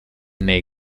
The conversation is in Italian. nei